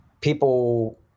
people